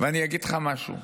ואני אגיד לך משהו,